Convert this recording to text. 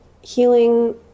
healing